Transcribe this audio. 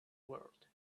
world